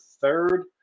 third